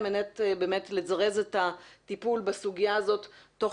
על מנת לזרז את הטיפול בסוגיה הזאת תוך